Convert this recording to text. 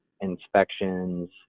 inspections